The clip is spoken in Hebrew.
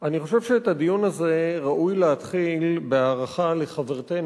אני חושב שאת הדיון הזה ראוי להתחיל בהערכה לחברתנו,